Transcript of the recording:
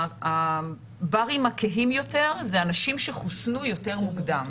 הברים הכהים יותר הם אנשים שחוסנו יותר מוקדם.